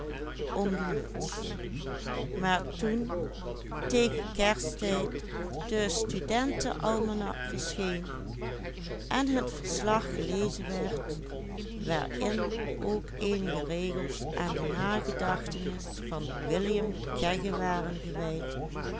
de studentenalmanak verscheen en het verslag gelezen werd waarin ook eenige regels aan de nagedachtenis van william kegge waren gewijd